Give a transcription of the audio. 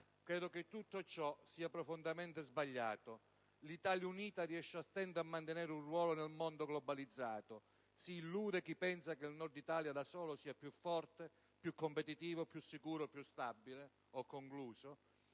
Credo che tutto ciò sia profondamente sbagliato. L'Italia unita riesce a stento a mantenere un ruolo nel mondo globalizzato. S'illude chi pensa che il Nord d'Italia da solo sia più forte, più competitivo, più sicuro, più stabile.